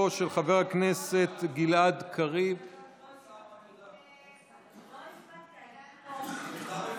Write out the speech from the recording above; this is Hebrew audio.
הגדלת סכום הפיצוי בלא הוכחת נזק),